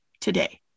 today